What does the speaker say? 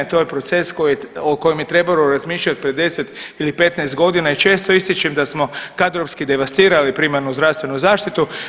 To je proces o kojem je trebalo razmišljati pred 10 ili 15 godina i često ističem da smo kadrovski devastirali primarnu zdravstvenu zaštitu.